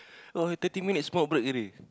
[wah] he thirty minutes smoke break already